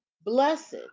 blessed